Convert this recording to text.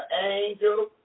angel